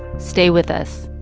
stay with us